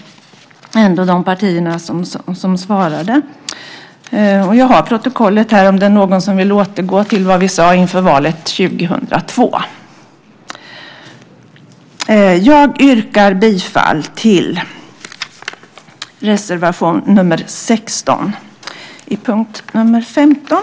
Jag har protokollet här om det är någon som vill återgå till vad vi sade inför valet 2002. Jag yrkar bifall till reservation nr 16 under punkt 15.